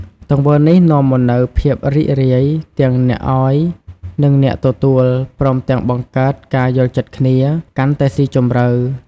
ទង្វើនេះនាំមកនូវ ភាពរីករាយ ទាំងអ្នកឱ្យ និងអ្នកទទួល ព្រមទាំងបង្កើត ការយល់ចិត្តគ្នា កាន់តែស៊ីជម្រៅ។